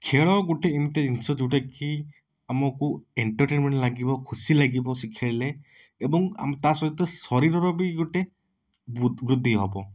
ଖେଳ ଗୋଟେ ଏମିତି ଜିନିଷ ଯେଉଁ ଟା କି ଆମକୁ ଏଣ୍ଟରଟେନମେଣ୍ଟ ଲାଗିବ ଖୁସି ଲାଗିବ ଶିଖାଇଲେ ଏବଂ ଆମ ତା ସହିତ ଶରୀର ର ବି ଗୋଟେ ବୃଦ୍ଧି ହବ